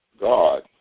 God